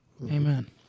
amen